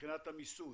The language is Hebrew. מבחינת המיסוי.